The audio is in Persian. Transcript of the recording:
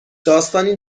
داستانی